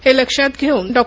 हे लक्षात घेऊन डॉ